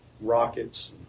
rockets